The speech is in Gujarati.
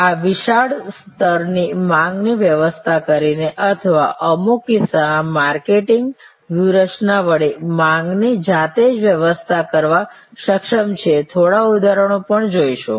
આ વિશાળ સ્તરની માંગની વ્યવસ્થા કરીને અથવા અમુક કિસ્સામાં માર્કેટિંગ વ્યૂહરચના વડે માંગની જાતે જ વ્યવસ્થા કરવા સક્ષમ છીએ થોડા ઉદાહરણો પણ જોઈશું